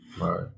Right